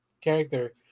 character